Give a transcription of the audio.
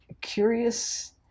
Curious